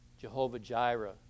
Jehovah-Jireh